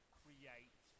create